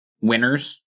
winners